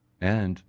and,